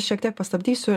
šiek tiek pastabdysiu